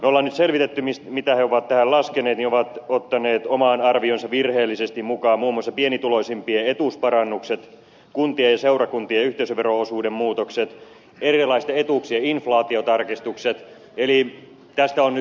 olemme nyt selvittäneet mitä komissio on tähän laskenut niin se on ottanut omaan arvioonsa virheellisesti mukaan muun muassa pienituloisimpien etuusparannukset kuntien ja seurakuntien yhteisövero osuuden muutokset erilaiset etuuksien inflaatiotarkistukset eli tästä tämä on nyt tullut